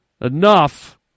enough